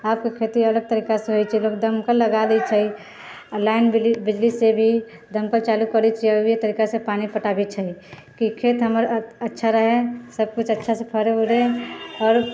आबके खेती अलग तरीकासँ होइ छै लोक दमकल लगा दै छै लाइन बिजलीसँ भी दमकल चालू करै छै अलगे तरीकासँ पानी पटाबै छै कि खेत हमर अच्छा रहै सब किछु अच्छासँ करै उरै आओर